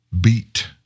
beat